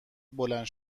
بلند